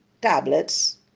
tablets